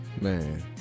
man